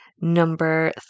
Number